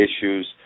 issues